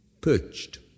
perched